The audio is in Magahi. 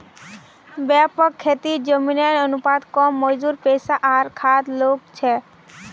व्यापक खेतीत जमीनेर अनुपात कम मजदूर पैसा आर खाद लाग छेक